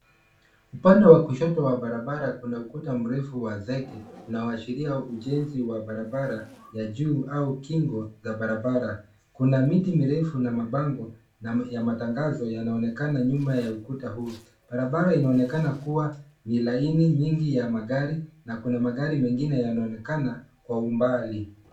Upande wa kushoto wa barabara kuna ukuta mrefu wa zege unaoshiria ujenzi wa barabara ya juu au kingo za barabara. Kuna miti mirefu na mabango ya matangazo yanaonekana nyuma ya ukuta huu. Barabara inaonekana kuwa ni laini nyingi ya magari na kuna magari mengine yanaonekana kwa umbali.